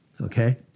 okay